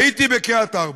הייתי בקריית-ארבע,